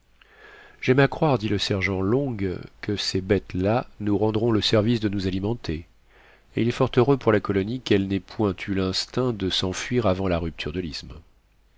j'aime à croire dit le sergent long que ces bêtes-là nous rendront le service de nous alimenter et il est fort heureux pour la colonie qu'elles n'aient point eu l'instinct de s'enfuir avant la rupture de l'isthme